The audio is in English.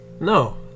No